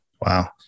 Wow